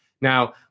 Now